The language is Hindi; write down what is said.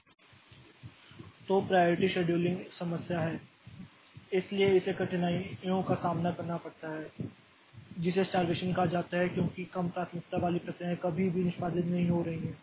यह प्राइयारिटी शेड्यूलिंग समस्या है इसलिए इसे कठिनाइयों का सामना करना पड़ा है जिसे स्टारवेशन कहा जाता है क्योंकि कम प्राथमिकता वाली प्रक्रियाएं कभी भी निष्पादित नहीं हो सकती हैं